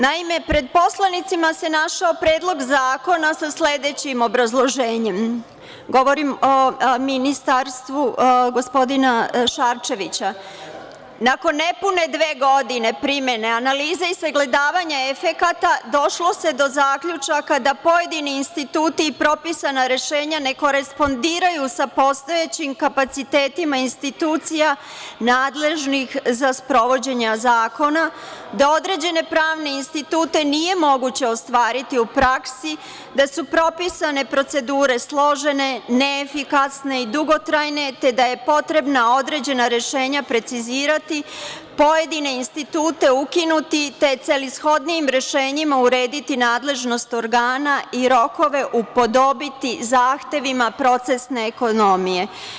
Naime, pred poslanicima se našao Predlog zakona sa sledećim obrazloženjem, govorim o Ministarstvu gospodina Šarčevića – nakon nepune dve godine primene analize i sagledavanja efekata došlo se do zaključaka da pojedini instituti i propisana rešenja nekorenspondiraju sa postojećim kapacitetima institucija nadležnih za sprovođenje zakona, da određene pravne institute nije moguće ostvariti u praksi, da su propisane procedure složene, neefikasne i dugotrajne, te da je potrebna određena rešenja precizirati, pojedine institute ukinute, te celishodnijim rešenjima urediti nadležnost organa i rokove, upodobiti zahtevima procesne ekonomije.